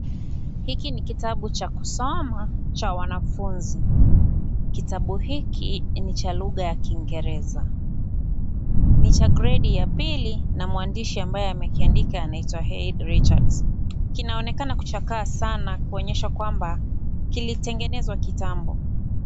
Hiki ni kitabu cha kusoma cha wanafunzi. Kitabu hiki ni cha lugha ya kiingereza, ni cha gredi ya pili na mwandishi ambaye amekiandika anaitwa Heid Richards. Kinaonekana kuchakaa sana kuonyesha kwamba kilitengenezwa kitambo.